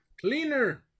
Cleaner